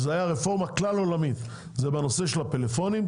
שהיו כלל עולמיות: בנושא הפלאפונים,